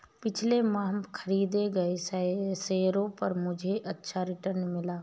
पिछले माह खरीदे गए शेयरों पर मुझे अच्छा रिटर्न मिला